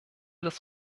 das